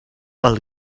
pel